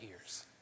ears